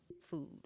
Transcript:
food